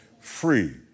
free